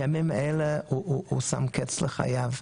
בימים אלה הוא שם קץ לחייו.